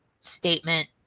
statement